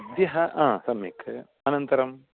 सद्यः सम्यक् अनन्तरं